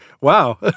Wow